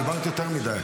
דיברת יותר מדי.